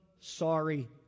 sorry